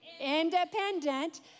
Independent